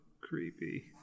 creepy